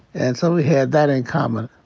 and so we had that in common.